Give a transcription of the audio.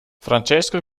francesco